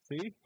See